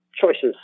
choices